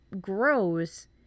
grows